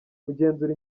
kugenzura